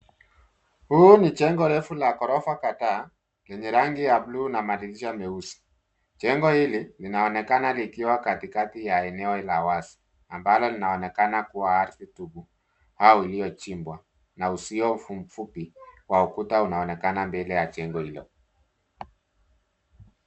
Huu ni jengo refu la ghorofa kadhaa, lenye rangi ya blue na madirisha meusi. Jengo hili linaonekana likiwa katikati la eneo la wazi, ambalo linaonekana kua ardhi tupu au iliyochimbwa, na uzio mfupi wa ukuta unaonekana mbele ya jengo hilo.